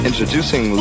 Introducing